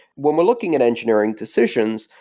when we're looking at engineering decisions,